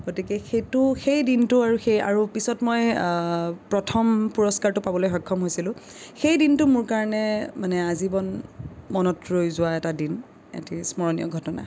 গতিকে সেইটো সেই দিনটো আৰু সেই আৰু পিছত মই প্ৰথম পুৰস্কাৰটো পাবলে সক্ষম হৈছিলোঁ সেই দিনটো মোৰ কাৰণে মানে আজীৱন মনত ৰৈ যোৱা এটা দিন এটি স্মৰণীয় ঘটনা